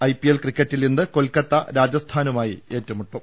IPL ക്രിക്കറ്റിൽ ഇന്ന് കൊൽക്കത്ത രാജ സ്ഥാനുമായി ഏറ്റുമുട്ടും